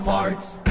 Parts